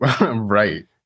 Right